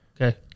Okay